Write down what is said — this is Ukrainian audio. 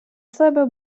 себе